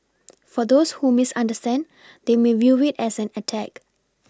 for those who misunderstand they may view it as an attack